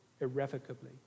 irrevocably